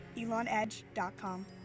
elonedge.com